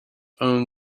own